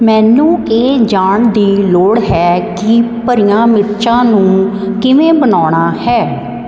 ਮੈਨੂੰ ਇਹ ਜਾਣਨ ਦੀ ਲੋੜ ਹੈ ਕਿ ਭਰੀਆਂ ਮਿਰਚਾਂ ਨੂੰ ਕਿਵੇਂ ਬਣਾਉਣਾ ਹੈ